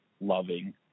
loving